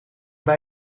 bij